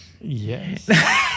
yes